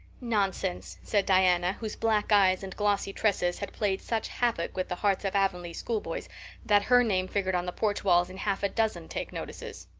nonsense, said diana, whose black eyes and glossy tresses had played such havoc with the hearts of avonlea schoolboys that her name figured on the porch walls in half a dozen take-notices.